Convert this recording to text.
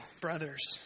brothers